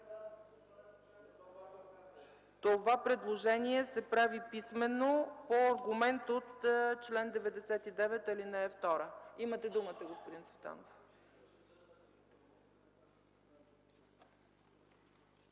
Това предложение се прави писмено по аргумент от чл. 99, ал. 2. Имате думата, господин Цветанов.